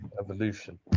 evolution